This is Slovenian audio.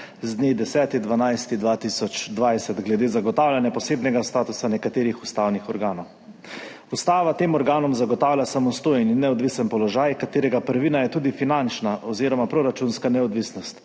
z dne 10. 12. 2020 glede zagotavljanja posebnega statusa nekaterih ustavnih organov. Ustava tem organom zagotavlja samostojen in neodvisen položaj, katerega prvina je tudi finančna oziroma proračunska neodvisnost.